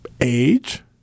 age